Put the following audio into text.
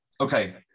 okay